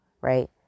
right